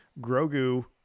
Grogu